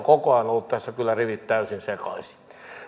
koko ajan olleet tässä kyllä rivit täysin sekaisin